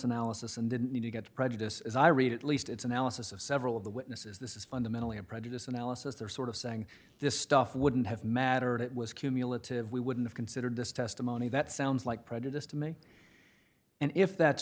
analysis and didn't need to get prejudice as i read at least its analysis of several of the witnesses this is fundamentally a prejudice analysis they're sort of saying this stuff wouldn't have mattered it was cumulative we wouldn't have considered this testimony that sounds like prejudice to me and if that's